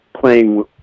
playing